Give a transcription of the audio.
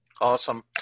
Awesome